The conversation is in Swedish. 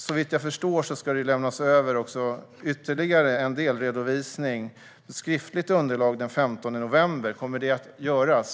Såvitt jag förstår ska det också lämnas över ytterligare en delredovisning - ett skriftligt underlag - den 15 november. Kommer det att göras?